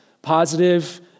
Positive